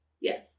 Yes